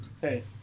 Hey